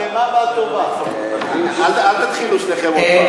אל תתחילו שניכם, עוד פעם.